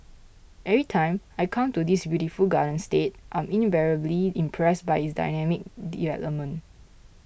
every time I come to this beautiful garden state I'm invariably impressed by its dynamic development